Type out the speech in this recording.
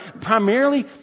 primarily